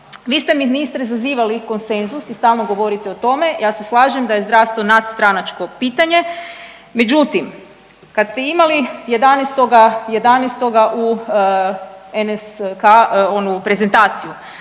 Vi ste ministre zazivali konsenzus i stalno govorite o tome, ja se slažem da je zdravstvo nadstranačko pitanje, međutim kad ste imali 11.11. u NSK onu prezentaciju,